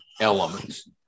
elements –